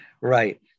Right